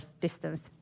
distance